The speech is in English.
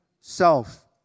self